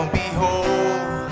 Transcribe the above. behold